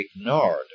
ignored